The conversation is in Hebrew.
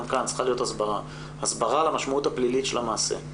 גם כאן צריכה להיות הסברה על המשמעות הפלילית של המעשה.